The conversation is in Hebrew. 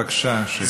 בבקשה, שקט.